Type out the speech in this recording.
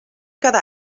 cada